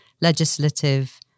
legislative